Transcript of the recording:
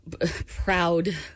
proud